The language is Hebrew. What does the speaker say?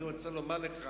אני רוצה לומר לך